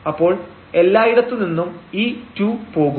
അപ്പോൾ എല്ലായിടത്തുനിന്നും ഈ 2 പോകും